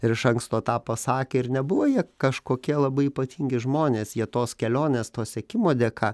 ir iš anksto tą pasakė ir nebuvo jie kažkokie labai ypatingi žmonės jie tos kelionės to sekimo dėka